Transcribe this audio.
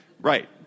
Right